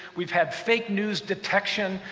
we've had fake-news detection,